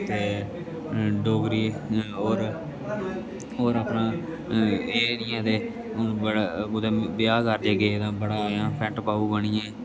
ते डोगरी होर होर अपना एह् नि ऐ ते हून बड़ा कुदै ब्याह् कारजै गे तां बड़ा अपना पेंट पाओ आह्नियै